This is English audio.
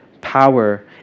power